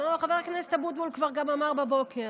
חבר הכנסת אבוטבול כבר אמר גם בבוקר.